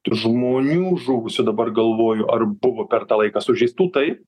tų žmonių žuvusių dabar galvoju ar buvo per tą laiką sužeistų taip